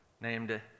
named